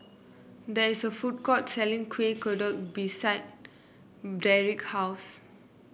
there is a food court selling Kuih Kodok beside Dedric's house